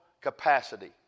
capacity